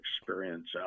experience